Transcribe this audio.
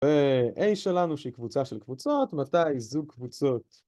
A שלנו שהיא קבוצה של קבוצות, מתי זוג קבוצות